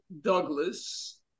Douglas